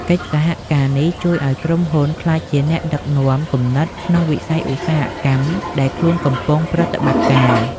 កិច្ចសហការនេះជួយឱ្យក្រុមហ៊ុនក្លាយជាអ្នកដឹកនាំគំនិតក្នុងវិស័យឧស្សាហកម្មដែលខ្លួនកំពុងប្រតិបត្តិការ។